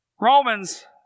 Romans